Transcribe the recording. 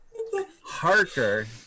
Harker